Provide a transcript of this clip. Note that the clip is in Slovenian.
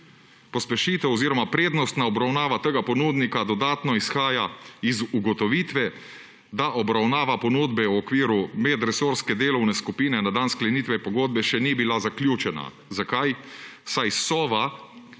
Pospešitev oziroma prednostna obravnava tega ponudnika dodatno izhaja iz ugotovitve, da obravnava ponudbe v okviru medresorske delovne skupine na dan sklenitve pogodbe še ni bila zaključena. Zakaj? Saj Sova,